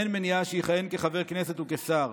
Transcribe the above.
אין מניעה שיכהן כחבר כנסת וכשר.